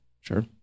sure